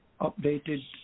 updated